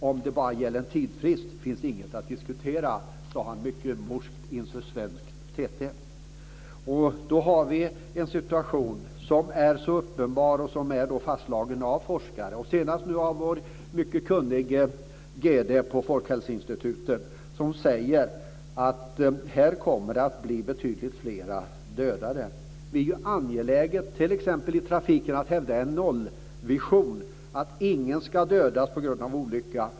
Om det bara gäller en tidsfrist finns inget att diskutera, sade han mycket morskt inför svenska TT. Vi har en situation som är så uppenbar och som är fastslagen av forskare. Senast var det vår mycket kunnige GD på Folkhälsoinstitutet som sade: Här kommer det att bli betydligt fler dödade. Det är angeläget t.ex. i trafiken att hävda en nollvision, att ingen ska dödas på grund av olycka.